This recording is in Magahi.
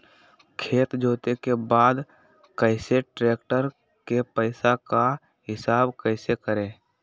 खेत जोते के बाद कैसे ट्रैक्टर के पैसा का हिसाब कैसे करें?